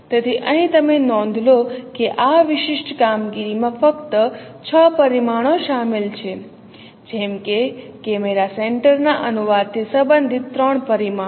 તેથી અહીં તમે નોંધ લો કે આ વિશિષ્ટ કામગીરી માં ફક્ત 6 પરિમાણો શામેલ છે જેમ કે કેમેરા સેન્ટર ના અનુવાદથી સંબંધિત 3 પરિમાણો